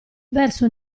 verso